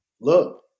look